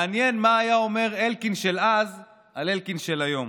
מעניין מה היה אומר אלקין של אז על אלקין של היום.